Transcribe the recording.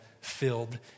filled